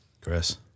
Chris